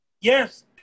Yes